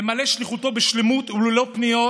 למלא שליחותו בשלמות וללא פניות,